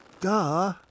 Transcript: Duh